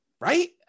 Right